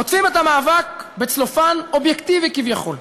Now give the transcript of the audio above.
עוטפים את המאבק בצלופן אובייקטיבי כביכול,